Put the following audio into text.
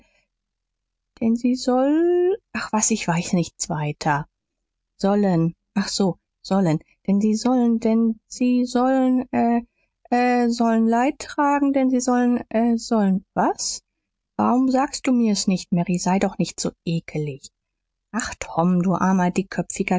denn sie soll ach was ich weiß nichts weiter sollen ach so sollen denn sie sollen denn sie sollen ä ä sollen leid tragen denn sie sollen ä sollen was warum sagst du mir's nicht mary sei doch nicht so eklig ach tom du armer dickköpfiger